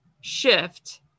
shift